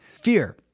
Fear